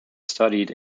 studied